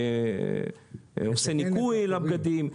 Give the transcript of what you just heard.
שעושה ניקוי לבגדים,